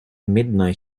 midnight